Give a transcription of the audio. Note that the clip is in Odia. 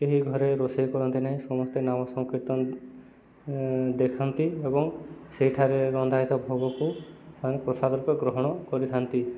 କେହି ଘରେ ରୋଷେଇ କରନ୍ତି ନାହିଁ ସମସ୍ତେ ନାମ ସଂକୀର୍ତ୍ତନ ଦେଖାନ୍ତି ଏବଂ ସେଇଠାରେ ରନ୍ଧାହେଇଥିବା ଭୋଗକୁ ସେମାନେ ପ୍ରସାଦ ରୂପେ ଗ୍ରହଣ କରିଥାନ୍ତି